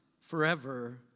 forever